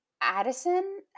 Addison